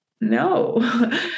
no